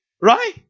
Right